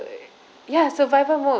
ya survival mode